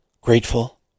grateful